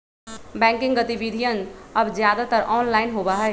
banking गतिविधियन अब ज्यादातर ऑनलाइन होबा हई